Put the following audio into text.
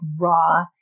raw